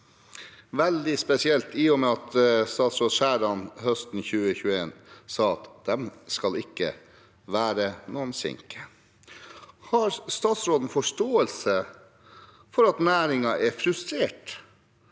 veldig spesielt, i og med at statsråd Skjæran høsten 2021 sa at de ikke skulle være noen sinke. Har statsråden forståelse for at næringen er frustrert